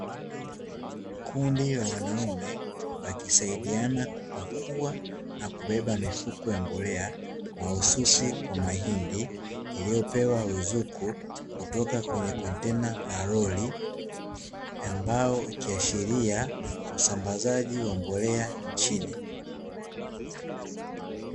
Kundi la wanaume wakisaidiana kupakua na kubeba mifuko ya mbolea mahususi kwa mahindi iliyopewa ruzuku kutoka kwenye kontena la lori ambayo ikiashiria usambazaji wa mbolea chini.